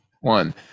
one